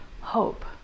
hope